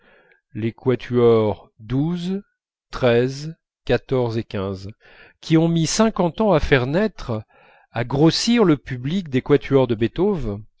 et xv qui ont mis cinquante ans à faire naître à grossir le public des quatuors de beethoven